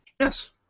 Yes